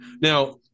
Now